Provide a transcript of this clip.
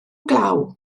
glaw